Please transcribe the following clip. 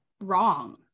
wrong